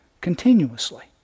continuously